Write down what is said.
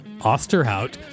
Osterhout